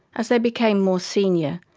as they became more senior,